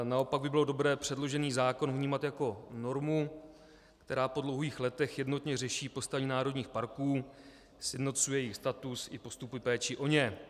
Naopak by bylo dobré předložený zákon vnímat jako normu, která po dlouhých letech jednotně řeší postavení národních parků, sjednocuje jejich status i postupy péče o ně.